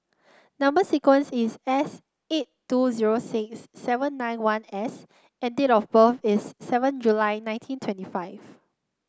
number sequence is S eight two zero six seven nine one S and date of birth is seven July nineteen twenty five